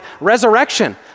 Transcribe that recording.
resurrection